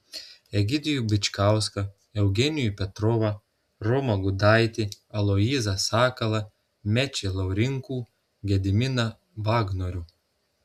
egidijų bičkauską eugenijų petrovą romą gudaitį aloyzą sakalą mečį laurinkų gediminą vagnorių